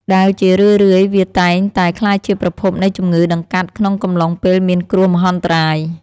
ដែលជារឿយៗវាតែងតែក្លាយជាប្រភពនៃជំងឺដង្កាត់ក្នុងកំឡុងពេលមានគ្រោះមហន្តរាយ។